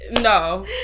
no